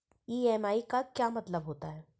EMI का क्या मतलब होता है?